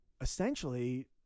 essentially